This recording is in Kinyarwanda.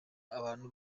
abantu